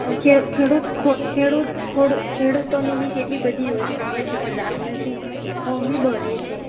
અ ખેડૂત ખો ખેડૂત ખો ખેડૂતોની બી કેટલી બધી યોજનાઓ છે પણ લાભ નથી મળતો ફોર્મ બી ભરીએ છીએ